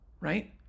right